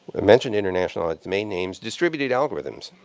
i mentioned internationalized domain names. distributed algorithms.